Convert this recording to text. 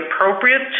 appropriate